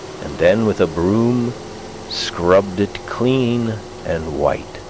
and then with a broom scrubbed it clean and white